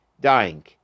dying